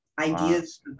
Ideas